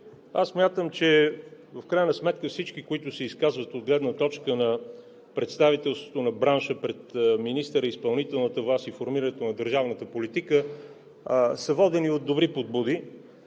Аз смятам, че в крайна сметка всички, които се изказват от гледна точка на представителството на бранша пред министъра и изпълнителната власт, и формирането на държавната политика, са водени от добри подбуди,